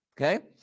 Okay